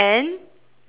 in the end